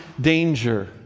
danger